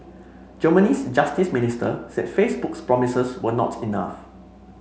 Germany's justice minister said Facebook's promises were not enough